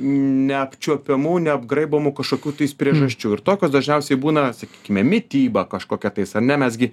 neapčiuopiamų neapgraibomų kažkokių priežasčių ir tokios dažniausiai būna sakykime mityba kažkokia tais ar ne mes gi